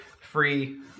free